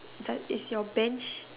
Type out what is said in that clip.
does is your bench